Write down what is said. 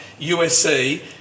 USC